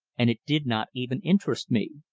and it did not even interest me.